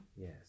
Yes